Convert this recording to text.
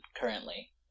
currently